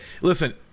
listen